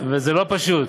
זה לא פשוט.